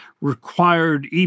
required